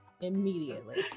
Immediately